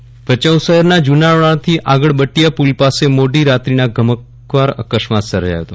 અકસ્માત ભચાઉ શહેરના જુનાવાડાથી આગળ બટિયા પુલ પાસે મોડી રાત્રીના ગમખ્વાર અકસ્માત સર્જાયો ફતો